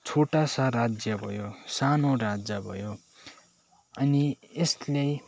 छोटा सा राज्य भयो सानो राज्य भयो अनि यसले